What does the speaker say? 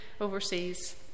overseas